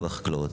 החקלאות.